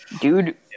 Dude